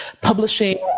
publishing